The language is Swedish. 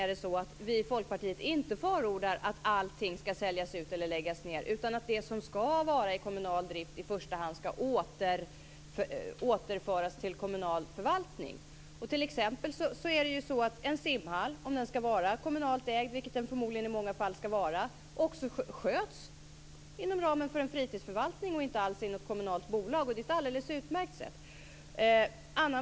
Vi förordar från Folkpartiet då inte att allting skall säljas ut eller läggas ned, utan att det som skall vara i kommunal drift i första hand skall återföras till kommunal förvaltning. T.ex. kan en simhall, om den skall vara kommunalt ägd, vilket den förmodligen i många fall skall vara, också skötas inom ramen för en fritidsförvaltning och inte alls av något kommunalt bolag. Det är ett alldeles utmärkt sätt.